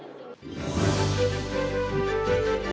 Дякую